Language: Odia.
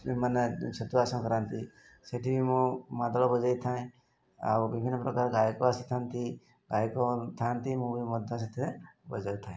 ମାନେ ଛତୁଆ ସଂକ୍ରାନ୍ତି ସେଠି ବି ମୁଁ ମାଦଳ ବଜାଇଥାଏ ଆଉ ବିଭିନ୍ନ ପ୍ରକାର ଗାୟକ ଆସିଥାନ୍ତି ଗାୟକ ଥାଆନ୍ତି ମୁଁ ବି ମଧ୍ୟ ସେଥିରେ ବଜାଇଥାଏ